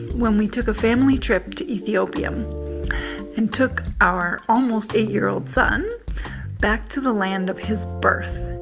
when we took a family trip to ethiopia and took our almost eight year old son back to the land of his birth,